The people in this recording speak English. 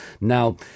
now